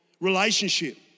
relationship